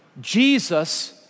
Jesus